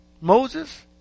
Moses